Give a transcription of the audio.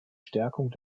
stärkung